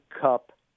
cup